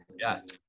yes